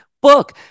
book